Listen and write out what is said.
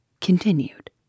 Continued